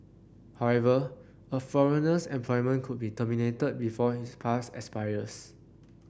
however a foreigner's employment could be terminated before his pass expires